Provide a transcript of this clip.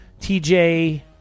TJ